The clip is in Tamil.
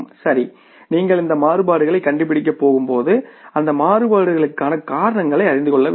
சரி நீங்கள் இந்த மாறுபாடுகளைக் கண்டுபிடிக்கப் போகும்போது அந்த மாறுபாடுகளுக்கான காரணங்களை அறிந்து கொள்ள வேண்டும்